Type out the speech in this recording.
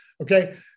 Okay